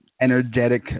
energetic